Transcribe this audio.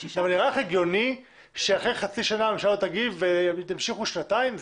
נראה לך הגיוני שאחרי חצי שנה הממשלה תגיב ותמשיכו שנתיים?